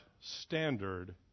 standard